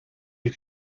you